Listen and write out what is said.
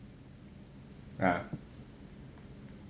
yeah